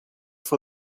for